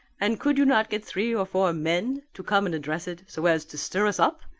and could you not get three or four men to come and address it so as to stir us up?